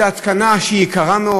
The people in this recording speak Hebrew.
זו התקנה שהיא יקרה מאוד?